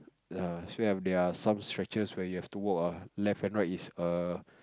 ya so if there are some stretches where you have to walk ah left and right is err